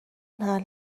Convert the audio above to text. hna